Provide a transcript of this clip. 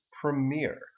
premier